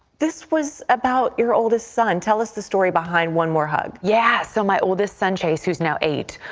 this was about your oldest son. tell us the story behind one more hug. yes, yeah so my oldest son chase who is now eight,